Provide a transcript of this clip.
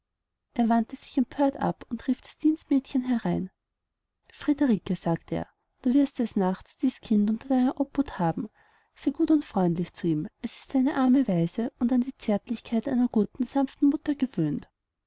er wandte sich empört ab und rief das dienstmädchen herein friederike sagte er du wirst des nachts dies kind unter deiner obhut haben sei gut und freundlich mit ihm es ist eine arme waise und an die zärtlichkeit einer guten sanften mutter gewöhnt